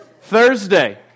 Thursday